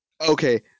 Okay